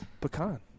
pecan